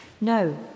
No